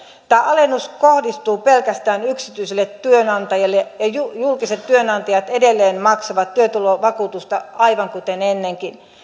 tämä alennus kohdistuu pelkästään yksityisille työnantajille ja julkiset työnantajat edelleen maksavat työtulovakuutusta aivan kuten ennenkin